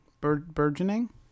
Burgeoning